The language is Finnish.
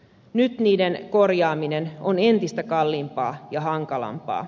nyt niiden korjaaminen on entistä kalliimpaa ja hankalampaa